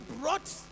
brought